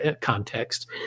context